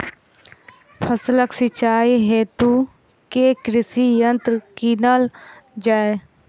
फसलक सिंचाई हेतु केँ कृषि यंत्र कीनल जाए?